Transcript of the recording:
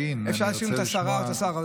אפשר להאשים את השרה או את השר,